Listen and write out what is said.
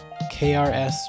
KRS